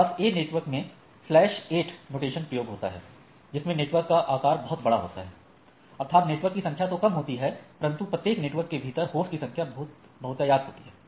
class A में slash 8 notation प्रयोग होता है जिसमें नेटवर्क का आकार बहुत बड़ा होता है अर्थात नेटवर्क की संख्या तो कम होती है परंतु प्रत्येक नेटवर्क के भीतर होस्ट की संख्या बहुतायत होती है